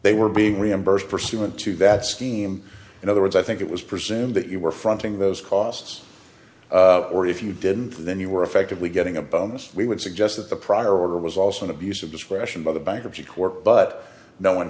they were being reimbursed pursuant to that scheme in other words i think it was presumed that you were fronting those costs or if you didn't then you were effectively getting a bonus we would suggest that the prior order was also an abuse of discretion by the bankruptcy court but no one